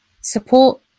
support